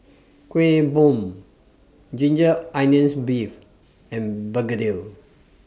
Kuih Bom Ginger Onions Beef and Begedil